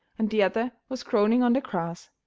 and the other was groaning on the grass.